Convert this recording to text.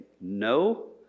no